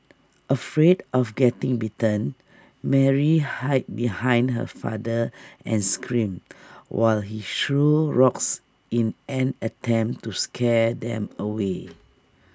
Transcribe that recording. afraid of getting bitten Mary hid behind her father and screamed while he threw rocks in an attempt to scare them away